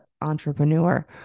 entrepreneur